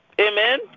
Amen